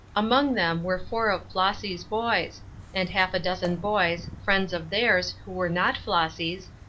among them were four of flossy's boys and half a dozen boys, friends of theirs, who were not flossy's,